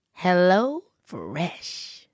HelloFresh